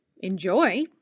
enjoy